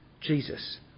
Jesus